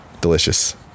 Delicious